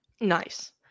Nice